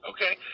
Okay